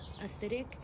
acidic